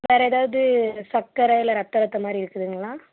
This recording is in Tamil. வேறு ஏதாவது சர்க்கரை இல்லை ரத்த அழுத்தம் மாதிரி இருக்குதுங்களா